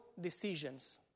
decisions